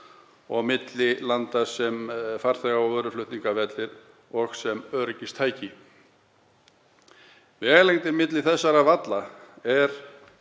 og milli landa sem farþega- og vöruflutningavellir og sem öryggistæki. Vegalengdir milli þessara valla